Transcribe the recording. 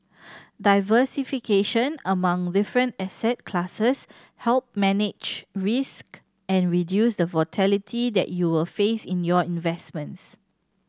diversification among different asset classes help manage risk and reduce the volatility that you will face in your investments